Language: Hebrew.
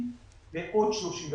בעוד 35 מיליארד.